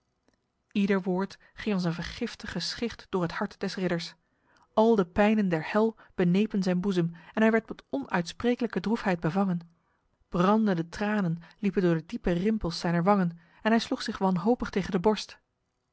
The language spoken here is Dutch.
ieder woord ging als een vergiftige schicht door het hart des ridders al de pijnen der hel benepen zijn boezem en hij werd met onuitsprekelijke droefheid bevangen brandende tranen liepen door de diepe rimpels zijner wangen en hij sloeg zich wanhopig tegen de borst